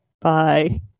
Bye